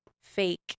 fake